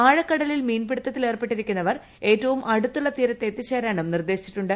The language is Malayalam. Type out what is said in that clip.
ആഴക്കടലിൽ മീൻ പിടിത്തത്തിൽ ഏർപ്പെട്ടിരിക്കുന്നവർ ഏറ്റവും അടുത്തുള്ള തീരത്ത് എത്തിച്ചേരാനും നിർദ്ദേശിച്ചിട്ടുണ്ട്